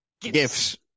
Gifts